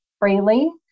freely